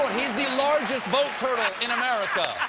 he's the largest vote turtle in america!